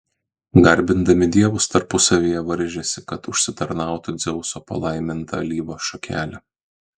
garbindami dievus tarpusavyje varžėsi kad užsitarnautų dzeuso palaimintą alyvos šakelę